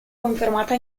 confermata